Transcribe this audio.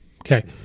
okay